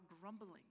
grumbling